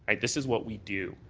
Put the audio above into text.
and this is what we do.